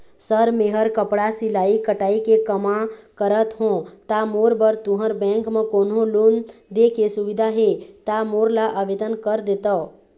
Sir मेहर कपड़ा सिलाई कटाई के कमा करत हों ता मोर बर तुंहर बैंक म कोन्हों लोन दे के सुविधा हे ता मोर ला आवेदन कर देतव?